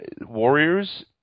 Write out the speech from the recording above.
Warriors